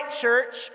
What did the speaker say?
church